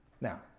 Now